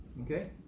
Okay